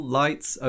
lights